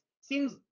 Seems